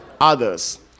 others